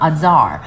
Azar